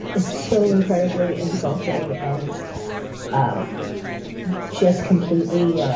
it's so incredibly insulting and um just completely